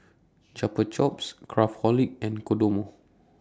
Chupa Chups Craftholic and Kodomo